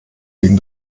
gegen